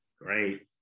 great